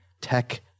Tech